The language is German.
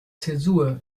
zäsur